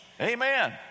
Amen